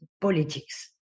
politics